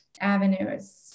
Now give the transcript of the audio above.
avenues